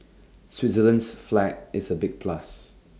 Switzerland's flag is A big plus